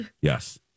Yes